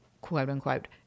quote-unquote